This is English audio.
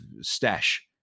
stash